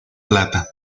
plata